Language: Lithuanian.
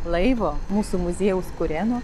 laivo mūsų muziejaus kurėno